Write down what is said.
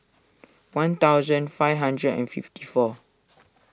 one thousand five hundred and fifty four